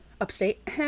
upstate